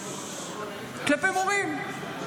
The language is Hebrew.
כלפי מורים.